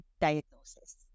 diagnosis